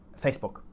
Facebook